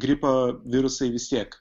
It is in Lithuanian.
gripo virusai vis tiek